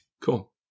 cool